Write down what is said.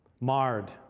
marred